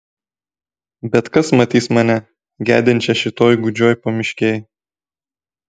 bet kas matys mane gedinčią šitoj gūdžioj pamiškėj